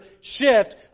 shift